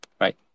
Right